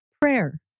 Prayer